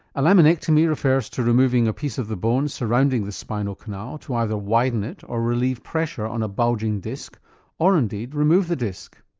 a laminectomy refers to removing a piece of the bone surrounding the spinal canal to either widen it or relieve pressure on a bulging disc or indeed, remove the disc.